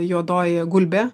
juodoji gulbė